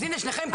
אז הנה שניכם פה.